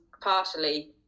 partially